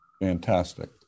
Fantastic